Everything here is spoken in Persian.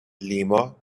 لیما